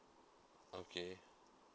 okay